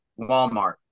Walmart